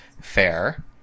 fair